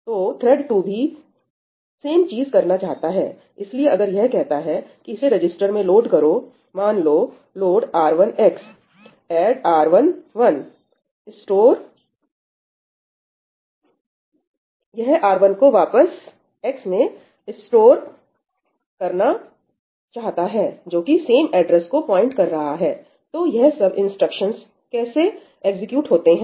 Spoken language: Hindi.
तो थ्रेड 2 भी वही चीज करना चाहता है इसलिए अगर यह कहता है इसे रजिस्टर में लोड करो मान लो load 'R1 x' 'add R1 1' R1 को वापस x में स्टोर करो जो की सेम एड्रेस को पॉइंट कर रहा है तो यह सब इंस्ट्रक्शनस कैसे एग्जीक्यूट होते हैं